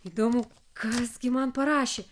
įdomu kas gi man parašė